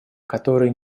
которых